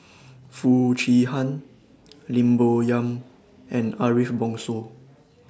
Foo Chee Han Lim Bo Yam and Ariff Bongso